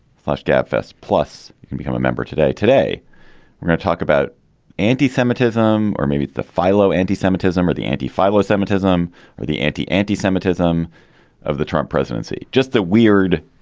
flush gabfests plus, you can become a member today. today we're not talk about anti-semitism or maybe the phyllo anti-semitism or the anti phylis semitism or the anti anti-semitism of the trump presidency. just the weird,